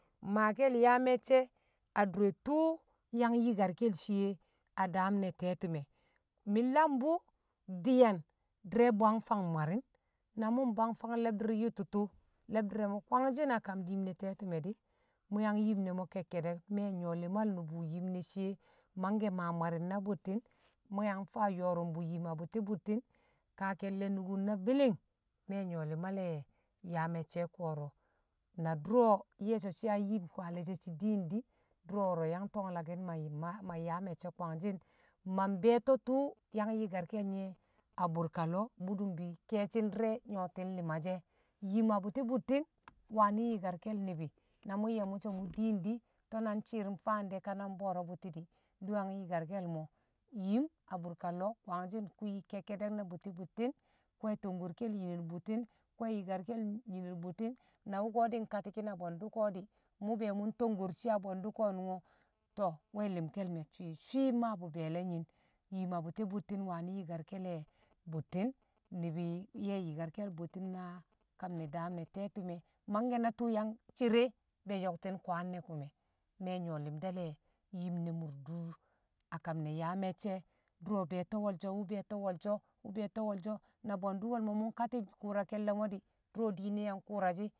Maake̱l yaa me̱cce̱ a dure tṵṵ yang yi̱karke̱l shiye a daam ne̱ te̱ti̱me̱, mi̱ lambṵ di̱ye̱n di̱re̱ bwang fang mwari̱ng na mṵ mbwang fang le̱bdi̱r yṵtṵtṵ le̱di̱r re̱ kwangshi̱n a kam yim ne̱ te̱ti̱me̱ di̱, mṵ yang yim ne̱ ke̱kke̱de̱k me̱ nyo̱ li̱mal nṵbṵ yim ne̱ shiye mangke̱ ma mwari̱ng na bṵtti̱n, mṵ yang faa yo̱o̱rṵmbṵ yim a bṵti̱ bṵtti̱n ka ke̱lle̱ nukun na bi̱li̱ng me̱ nyo̱ lima le̱ yaa me̱cce̱ ko̱ro̱ na dṵro̱ ye̱ so̱ shi̱ yang yim kwaale̱ she̱ shi̱ diin di̱ dṵro̱ wo̱ro̱ yang to̱n laki̱n ma yaa me̱cce̱ kwangshin mbe̱e̱to̱ tṵṵ yang yikarke̱ nye̱ a bṵrka lo̱o̱ budumbu keeshi ndi̱re̱ nyo̱ti̱n li̱ma she̱ yim a bṵti̱ buti̱ i̱n wani̱ yi̱ karkal ni̱bi̱ na mṵ ye̱ mṵsho̱ mṵ diin di̱, to̱ na nshi̱i̱r faan de̱ ka na nbo̱o̱ro̱ bṵti̱ di̱ di̱we̱ yang yi̱karke̱l mo̱ yim a bu̱rka lo̱o̱ kwangshi̱ kṵ yi̱ ke̱kke̱de̱k na bṵti̱ bṵtti̱n kṵ we̱ tongkorke̱l nyimne bṵtti̱n kṵ we̱ yi̱karke̱l nyimne bṵtti̱n, na nko̱ di̱ nkati̱ki̱n a bwendtṵ ko̱ di̱ mṵ be̱ mṵ ntongkor shi a bwendṵ konungṵ to̱ we̱ li̱mke̱l me̱ swi̱-swi̱ mmaabṵ be̱e̱le̱nyi̱n yim a bṵti̱ bṵtti̱n wani yi̱karke̱ le̱ bṵtti̱n ni̱bi̱ we̱ yi̱karke̱l bṵtti̱n na kam ne̱ daam ne̱ te̱ti̱re̱ mangke̱ na tṵṵ yang cere be yo̱kti̱n kwaan ne̱ kṵme̱, me̱ nyṵwo̱ li̱nda̱ le̱ yim ne̱ mur dur a kam ne yaa mcce̱ dṵro̱ be̱e̱to̱ wo̱lsho wṵ be̱e̱to̱ wo̱lsho̱, wṵ be̱e̱to̱ wo̱lsho̱, wṵ be̱e̱to̱ wo̱lsho̱ na bwe̱ndṵ wol mṵn kati̱ kuura ke̱lle̱ mo̱ di̱ duro̱ diine yang kuurashi̱.